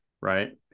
right